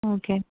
okay